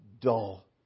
dull